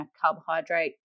carbohydrate